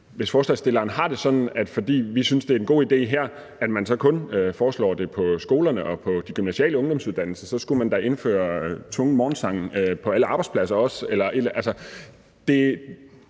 for forslagsstillerne har det sådan, altså at vi synes, det er en god idé her, så undrer det mig, at han kun foreslår det på skolerne og på de gymnasiale ungdomsuddannelser – så skulle man da også indføre tvungen morgensang på alle arbejdspladser.